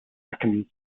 second